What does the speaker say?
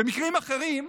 במקרים אחרים,